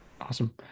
Awesome